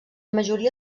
majoria